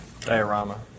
Diorama